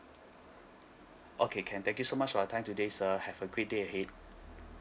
okay can thank you so much for your time today sir have a great day ahead